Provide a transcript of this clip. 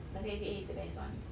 nineteen eighty eight is the best one